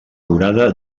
durada